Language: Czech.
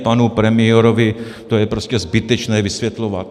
Panu premiérovi to je prostě zbytečné vysvětlovat.